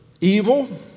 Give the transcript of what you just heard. evil